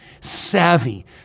savvy